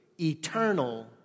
Eternal